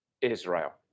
Israel